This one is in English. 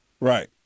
Right